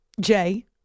Jay